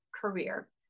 career